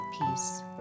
peace